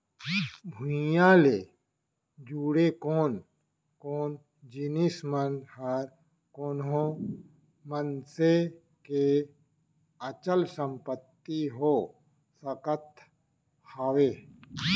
भूइयां ले जुड़े कोन कोन जिनिस मन ह कोनो मनसे के अचल संपत्ति हो सकत हवय?